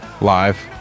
Live